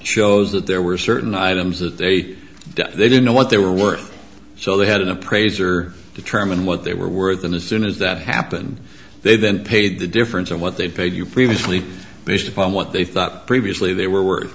shows that there were certain items that they didn't they didn't know what they were worth so they had an appraiser determine what they were worth and as soon as that happened they then paid the difference in what they paid you previously based upon what they thought previously they were